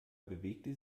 bewegte